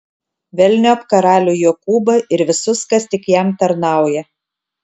velniop karalių jokūbą ir visus kas tik jam tarnauja